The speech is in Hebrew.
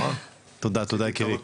תודה תודה יקירי.